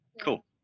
Cool